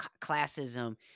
classism